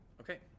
Okay